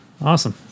Awesome